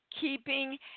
keeping